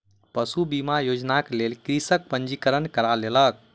पशु बीमा योजनाक लेल कृषक पंजीकरण करा लेलक